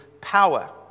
power